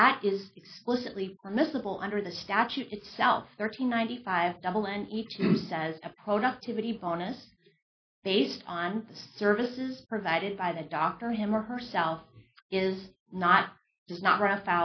that is explicitly permissible under the statute itself thirteen ninety five double and each says a productivity bonus based on the services provided by the doctor him or herself is not just not r